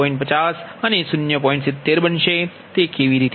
70 બનશે તે કેવી રીતે આવી રહ્યું છે